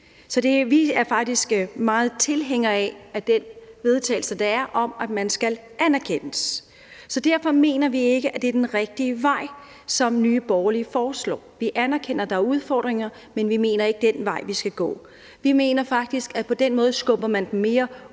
i høj grad tilhængere af den vedtagelse, der er, om, at man skal anerkendes. Derfor mener vi ikke, at det er den rigtige vej, som Nye Borgerlige foreslår. Vi anerkender, at der er udfordringer, men vi mener ikke, at det er den vej, vi skal gå. Vi mener faktisk, at man på den måde skubber dem mere ud i